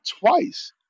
twice